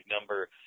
number